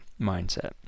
mindset